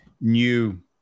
new